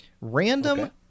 random